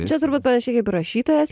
čia turbūt panašiai kaip rašytojas